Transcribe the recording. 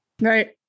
Right